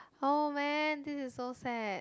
oh man this is so sad